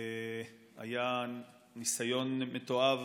היה ניסיון מתועב